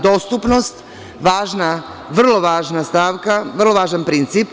Dostupnost, vrlo važna stavka, vrlo važan princip.